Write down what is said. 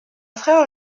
frère